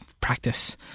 practice